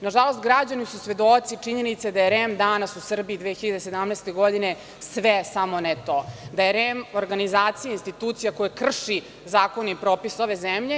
Nažalost, građani su svedoci činjenice da je REM danas u Srbiji 2017. godine sve, samo ne to, da je REM organizacija i institucija koja krši zakone i propise ove zemlje.